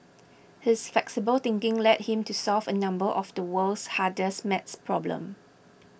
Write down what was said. his flexible thinking led him to solve a number of the world's hardest math problems